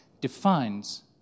defines